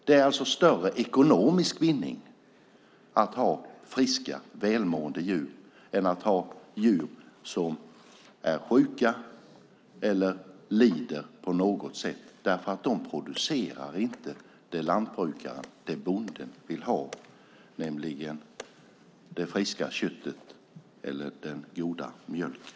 Det är alltså större ekonomisk vinning i att ha friska och välmående djur än att ha djur som är sjuka eller på något sätt lider eftersom de inte producerar det som lantbrukaren, bonden, vill ha, nämligen det friska köttet och den goda mjölken.